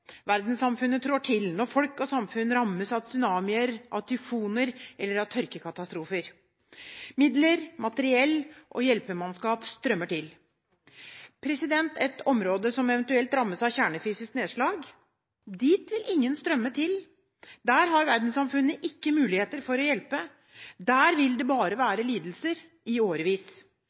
verdenssamfunnet trår til når folk og samfunn rammes av tsunamier, tyfoner eller tørkekatastrofer. Midler, materiell og hjelpemannskaper strømmer til. Et område som rammes av et kjernefysisk nedslag, vil ingen strømme til. Der har verdenssamfunnet ikke muligheter for å hjelpe. Der vil det bare være lidelser i årevis.